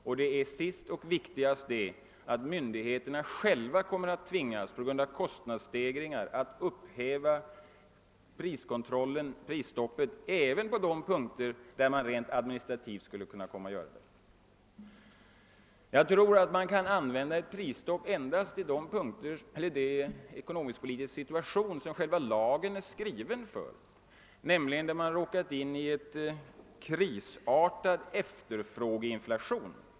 Slutligen — och det är viktigast — kommer myndigheterna själva på grund av kostnadsstegringar att tvingas att upphäva prisstoppet även på de punkter där det rent administrativt skulle kunna genomföras. Jag tror att ett prisstopp kan användas endast i den ekonomisk-politiska situation, för vilken lagen är skriven, nämligen när man råkat in i en krisartad efterfrågeinflation.